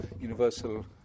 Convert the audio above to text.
universal